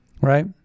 right